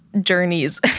journeys